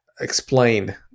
explain